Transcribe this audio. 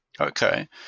Okay